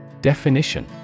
Definition